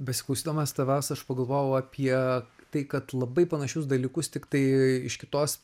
besiklausydamas tavęs aš pagalvojau apie tai kad labai panašius dalykus tiktai iš kitos